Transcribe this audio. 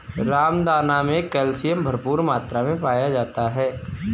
रामदाना मे कैल्शियम भरपूर मात्रा मे पाया जाता है